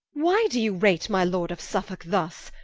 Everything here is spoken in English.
why do you rate my lord of suffolke thus?